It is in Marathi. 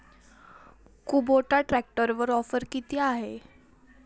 कुबोटा ट्रॅक्टरवर ऑफर किती आहे?